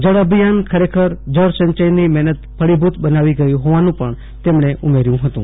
જળઅભિયાન ખરેખર જળસંચયની મહેનત ફળિભૂત બનાવી ગયું હોવાનું પણ તેમણે ઉમેર્યું હતું